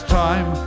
time